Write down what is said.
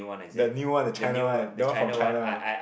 the new one the China one the one from China one